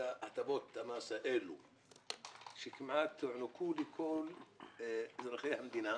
להטבות המס שכולם, מלבד אלה, ניתנו לאזרחי המדינה.